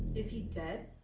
is he dead?